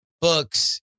books